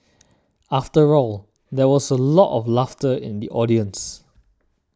after all there was a lot of laughter in the audience